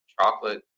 chocolate